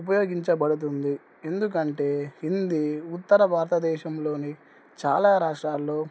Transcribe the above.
ఉపయోగించబడుతుంది ఎందుకంటే హిందీ ఉత్తర భారతదేశంలోని చాలా రాష్ట్రాల్లో